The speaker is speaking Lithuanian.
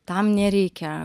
tam nereikia